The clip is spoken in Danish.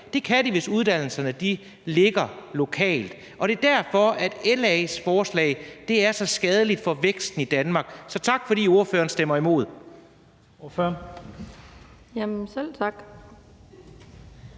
det kan de få, hvis uddannelserne ligger der lokalt, og det er derfor, at LA's forslag er så skadeligt for væksten i Danmark. Så tak, fordi ordføreren stemmer imod